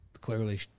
clearly